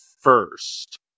first